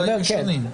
כן.